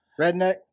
redneck